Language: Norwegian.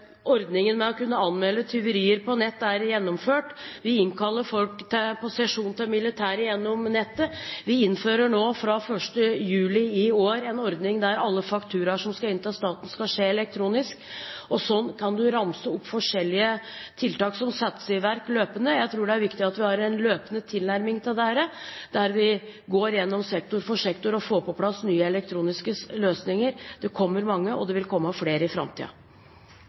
Ordningen med å kunne anmelde tyverier på nett er gjennomført. Vi innkaller folk til sesjon til militæret gjennom nettet. Vi innfører nå fra 1. juli i år en ordning der alle fakturaer som skal inn til staten, skal sendes elektronisk. Sånn kan du ramse opp forskjellige tiltak som settes i verk løpende. Jeg tror det er viktig at vi har en løpende tilnærming til dette der vi går gjennom sektor for sektor og får på plass nye elektroniske løsninger. Det kommer mange, og det vil komme flere i